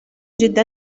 جدا